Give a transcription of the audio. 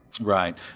right